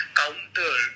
counter